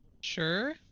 Sure